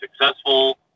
successful